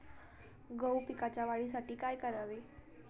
गहू पिकाच्या वाढीसाठी काय करावे?